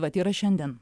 vat yra šiandien